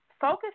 Focus